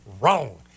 Wrong